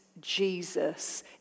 Jesus